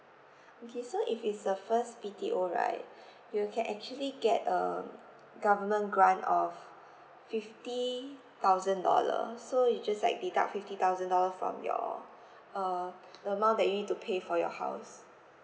okay so if it's the first B_T_O right you can actually get um government grant of fifty thousand dollar so it just like deduct fifty thousand dollar from your uh the amount that you need to pay for your house